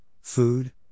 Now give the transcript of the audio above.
food